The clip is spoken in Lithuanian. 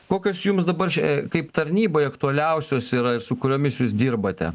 kokios jums dabar čia kaip tarnybai aktualiausios yra su kuriomis jūs dirbate